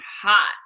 hot